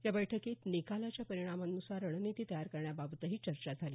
या बैठकीत निकालाच्या परिणामांनुसार रणनिती तयार करण्याबाबतही चर्चा झाली